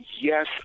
Yes